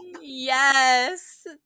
Yes